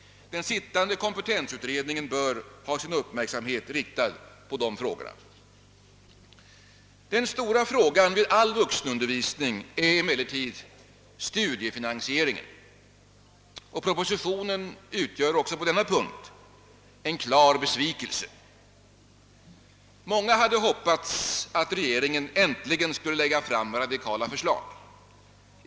Den sittande kompetensutredningen bör ha sin uppmärksamhet riktad på dessa problem. Den stora frågan vid all vuxenundervisning är emellertid studiefinansieringen. Propositionen utgör också på denna punkt en klar besvikelse. Många hade hoppats att regeringen äntligen skulle lägga fram radikala förslag.